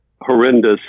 horrendous